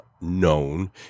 known